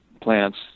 plants